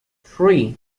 three